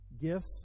Gifts